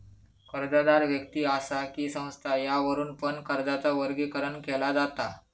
कर्जदार व्यक्ति असा कि संस्था यावरुन पण कर्जाचा वर्गीकरण केला जाता